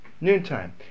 Noontime